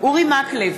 אורי מקלב,